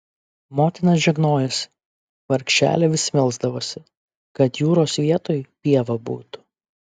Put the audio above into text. motina žegnojosi vargšelė vis melsdavosi kad jūros vietoj pieva būtų